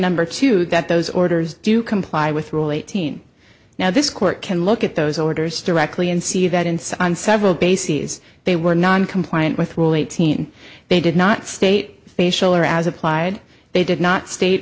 number two that those orders do comply with rule eighteen now this court can look at those orders directly and see that inside on several bases they were noncompliant with rule eighteen they did not state facial or as applied they did not state